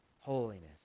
holiness